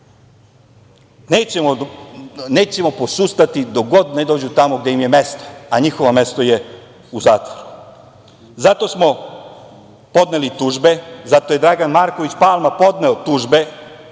Nećemo posustati dok god ne dođu tamo gde im je mesto, a njihovo mesto je u zatvoru. Zato smo podneli tužbe, zato je Dragan Marković Palma podneo tužbe